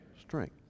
Strength